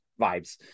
vibes